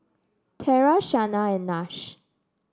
Tera Shanna and Nash